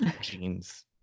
jeans